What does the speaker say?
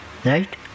Right